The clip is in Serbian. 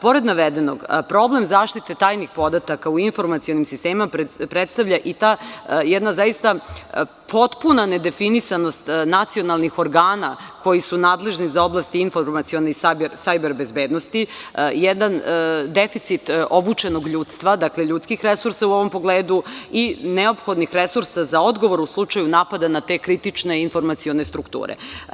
Pored navedenog, problem zaštite tajnih podataka u informacionim sistemima predstavlja i ta, zaista potpuna nedefinisanost nacionalnih organa koji su nadležni za oblasti informacionih i sajber bezbednosti, jedan deficit obučenog ljudstva, dakle ljudskih resursa, u ovom pogledu, i neophodnih resursa za odgovor u slučaju napada na te kritične informacione strukture.